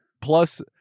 plus